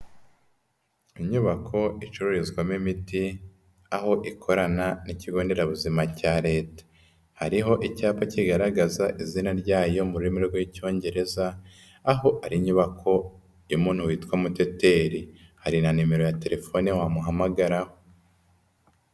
Inyubako icururizwamo imiti, aho ikorana n'ikigo nderabuzima cya Leta, hariho icyapa kigaragaza izina ryayo mu rurimi rw'Icyongereza, aho ari inyubako y'umuntu witwa Muteteri, hari na nimero ya telefone wamuhamagaraho.